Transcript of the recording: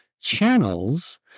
channels